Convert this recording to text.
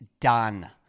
done